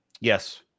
Yes